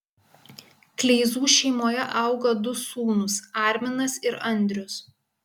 kleizų šeimoje auga du sūnūs arminas ir andrius